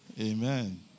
Amen